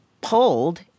pulled